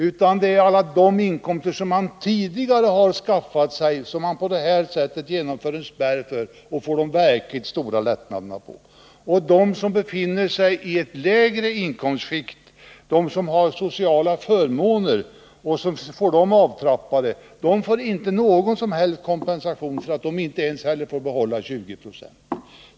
Också beträffande alla de inkomster som man tidigare skaffat sig ges det genom ett skattetak en möjlighet för de verkligt stora lättnaderna. De som befinner sig i ett lägre inkomstskikt och de som får sina sociala förmåner avtrappade får inte någon som helst kompensation, även om de inte ens får behålla 2096 av en löneökning.